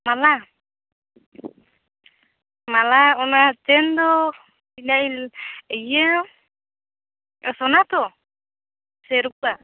ᱢᱟᱞᱟ ᱢᱟᱞᱟ ᱚᱱᱟ ᱪᱮᱱ ᱫᱚ ᱛᱤᱱᱟᱹᱜ ᱤᱭᱟᱹ ᱥᱚᱱᱟ ᱛᱚ ᱥᱮ ᱨᱩᱯᱟᱹ